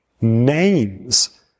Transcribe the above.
names